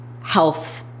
health